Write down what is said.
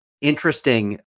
interesting